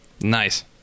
Nice